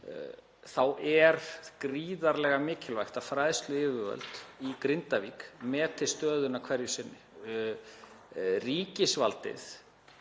er gríðarlega mikilvægt að fræðsluyfirvöld í Grindavík meti stöðuna hverju sinni. Ríkisvaldið